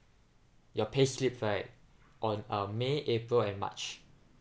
your payslip right on uh may april and march